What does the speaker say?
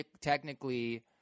technically